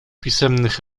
pisemnych